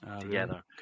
together